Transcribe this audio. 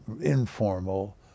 informal